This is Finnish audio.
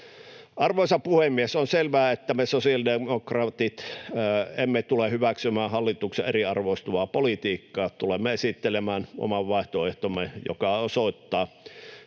Arvoisa puhemies! On selvää, että me sosiaalidemokraatit emme tule hyväksymään hallituksen eriarvoistavaa politiikkaa. Tulemme esittelemään oman vaihtoehtomme, joka osoittaa,